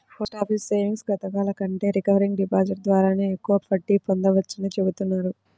post office savings పథకాల కంటే recurring deposit ద్వారానే ఎక్కువ వడ్డీ పొందవచ్చని చెబుతున్నారు